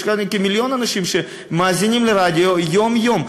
יש כאן כמיליון אנשים שמאזינים לרדיו יום-יום.